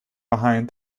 behind